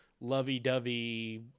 lovey-dovey